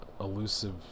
Elusive